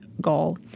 goal